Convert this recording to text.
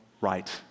right